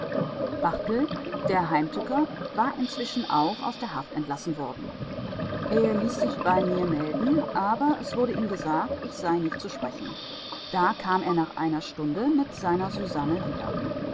der heimtücker war inzwischen auch aus der haft entlassen worden er ließ sich bei mir melden aber es wurde ihm gesagt ich sei nicht zu sprechen da kam er nach einer stunde mit seiner susanne wieder